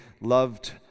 loved